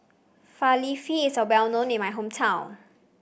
falafel is well known in my hometown